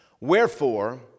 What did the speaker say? Wherefore